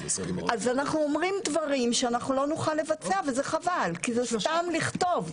אנחנו אומרים דברים שלא נוכל לבצע וזה חבל כי זה סתם לכתוב.